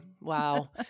wow